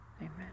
Amen